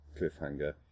Cliffhanger